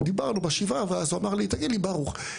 דיברנו בשבעה ואז הוא אמר לי תגיד לי ברוך,